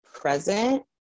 present